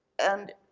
and